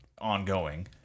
ongoing